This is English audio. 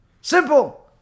Simple